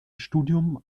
studium